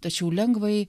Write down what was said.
tačiau lengvai